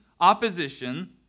opposition